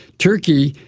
turkey,